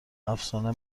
افسانه